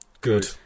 Good